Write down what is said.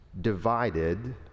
Divided